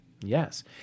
Yes